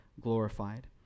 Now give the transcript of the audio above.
glorified